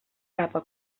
capa